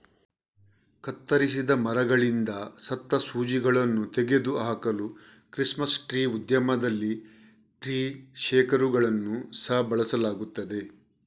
ಕತ್ತರಿಸಿದ ಮರಗಳಿಂದ ಸತ್ತ ಸೂಜಿಗಳನ್ನು ತೆಗೆದು ಹಾಕಲು ಕ್ರಿಸ್ಮಸ್ ಟ್ರೀ ಉದ್ಯಮದಲ್ಲಿ ಟ್ರೀ ಶೇಕರುಗಳನ್ನು ಸಹ ಬಳಸಲಾಗುತ್ತದೆ